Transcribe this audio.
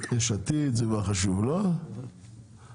לסעיף 9 לא הוגשו הסתייגויות, אפשר